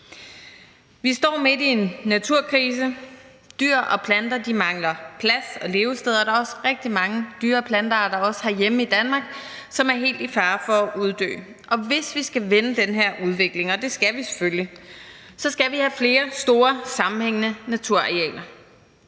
Vi står midt i en naturkrise. Dyr og planter mangler plads og levesteder, og der er også rigtig mange dyre- og plantearter, også herhjemme i Danmark, som er helt i fare for at uddø, og hvis vi skal vende den her udvikling, og det skal vi selvfølgelig, skal vi have flere store sammenhængende naturarealer.